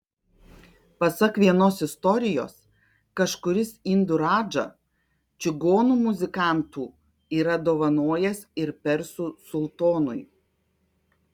pasak vienos istorijos kažkuris indų radža čigonų muzikantų yra dovanojęs ir persų sultonui